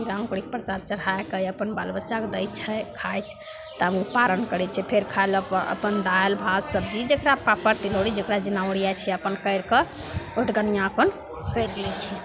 खीरा अँकुरीके परसाद चढ़ैके अपन बालबच्चाके दै छै खाइ छै तब ओ पारण करै छै फेर खएलक अपन दालि भात सबजी जकरा पापड़ तिलौड़ी जकरा जेना ओरिआइ छै अपन करिके ओठगनिआ अपन करि लै छै